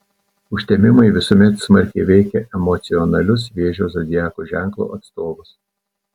užtemimai visuomet smarkiai veikia emocionalius vėžio zodiako ženklo atstovus